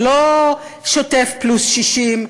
ולא שוטף פלוס 60,